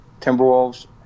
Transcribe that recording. timberwolves